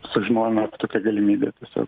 sužinojome apie tokią galimybę tiesiog